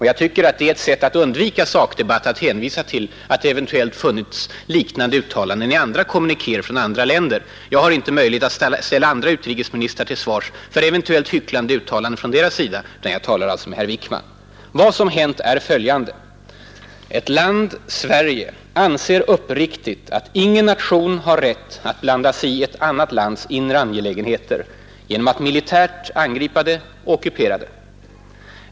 Jag tycker att det är ett sätt att undvika sakdebatt genom att hänvisa till att det eventuellt funnits liknande uttalanden i kommunikéer från andra länder. Jag har inte möjlighet att ställa andra utrikesministrar till svars för eventuellt hycklande uttalanden från deras sida. Jag har möjlighet att diskutera med herr Wickman. Vad som hänt är följande. Ett land, Sverige, anser uppriktigt att ingen nation har rätt att blanda sig i ett annat lands inre angelägenheter genom att militärt angripa det och ockupera det.